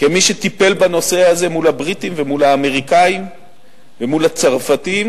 כמי שטיפל בנושא הזה מול הבריטים ומול האמריקנים ומול הצרפתים